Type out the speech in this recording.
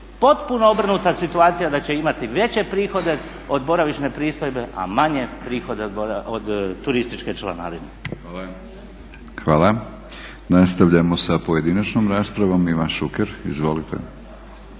potpuno obrnuta situacija da će imati veće prihode od boravišne pristojbe, a manje prihode od turističke članarine. Hvala. **Batinić, Milorad (HNS)** Hvala. Nastavljamo sa pojedinačnom raspravom. Ivan Šuker, izvolite.